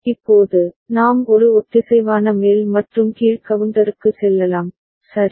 இப்போது நாம் ஒரு ஒத்திசைவான மேல் மற்றும் கீழ் கவுண்டருக்கு செல்லலாம் சரி